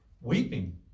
weeping